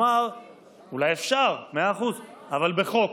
אולי אפשר, מאה אחוז, אבל בחוק.